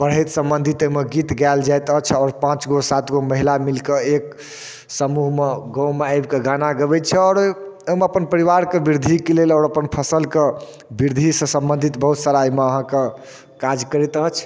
बढ़ैत सम्बन्धित अइमे गीत गायल जाइत अछि आओर पाँच गो सात गो महिला मिलकऽ एक समूहमे गावँमे आबिके गाना गबैत छै आओर ओइमे अप्पन परिवारके वृद्धिक लेल आओर अपन फसलके बृद्धिसँ सम्बन्धित बहुत सारा ओइमे अहाँके काज करइत अछि